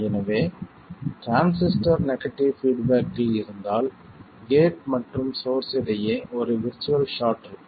எனவே transistor negative பீட்பேக்கில் இருந்தால் கேட் மற்றும் சோர்ஸ் இடையே ஒரு விர்ச்சுவல் ஷார்ட் இருக்கும்